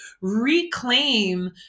reclaim